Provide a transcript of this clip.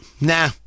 nah